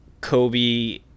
Kobe